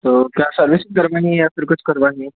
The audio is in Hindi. तो क्या सर्विसिंग करानी है या फिर कुछ करवानी है